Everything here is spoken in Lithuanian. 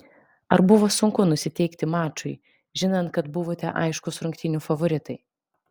ar buvo sunku nusiteikti mačui žinant kad buvote aiškūs rungtynių favoritai